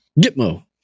Gitmo